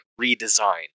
redesign